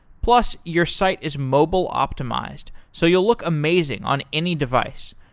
plus, your site is mobile optimized so you'll look amazing on any device.